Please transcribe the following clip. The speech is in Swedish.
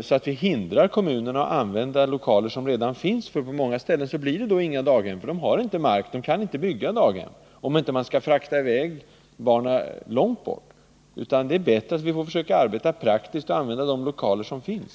så att vi hindrar kommunerna att använda lokaler som redan finns. På många ställen blir det då inga daghem, därför att man saknar mark att bygga på, om man inte vill frakta iväg barnen långt bort. Det är bättre att vi försöker arbeta praktiskt.